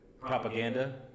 propaganda